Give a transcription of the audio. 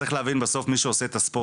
צריכים להבין בסוף מי שעושה את הספורט